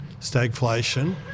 stagflation